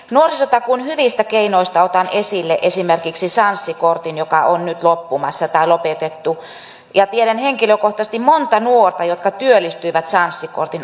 nuorisotakuun hyvistä keinoista otan esille esimerkiksi sanssi kortin joka on nyt loppumassa tai lopetettu ja tiedän henkilökohtaisesti monta nuorta jotka työllistyivät sanssi kortin avulla